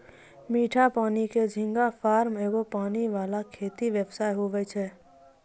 मीठा पानी के झींगा फार्म एगो पानी वाला खेती व्यवसाय हुवै छै